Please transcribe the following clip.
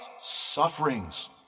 sufferings